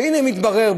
והנה מתברר,